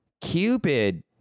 Cupid